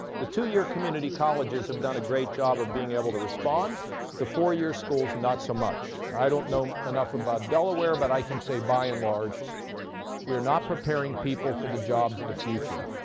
the two year community colleges have done a great job of being able to respond the four year schools not so much. and i don't know enough about delaware but i can say by and large we are not preparing people for the jobs of the future.